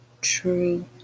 true